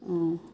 অঁ